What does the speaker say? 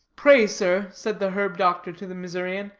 pray, sir, said the herb-doctor to the missourian,